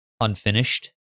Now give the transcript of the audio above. unfinished